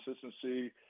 consistency